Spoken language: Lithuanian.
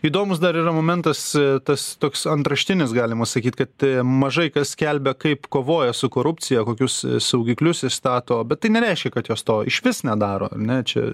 įdomus dar yra momentas tas toks antraštinis galima sakyt kad mažai kas skelbia kaip kovoja su korupcija kokius saugiklius įstato bet tai nereiškia kad jos to išvis nedaro ar ne čia